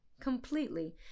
completely